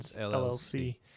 LLC